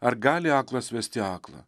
ar gali aklas vesti aklą